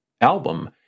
album